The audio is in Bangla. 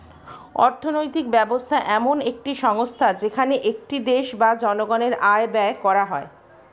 অর্থনৈতিক ব্যবস্থা এমন একটি সংস্থা যেখানে একটি দেশ বা জনগণের আয় ব্যয় করা হয়